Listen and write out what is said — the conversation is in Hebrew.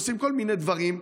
עושים כל מיני דברים,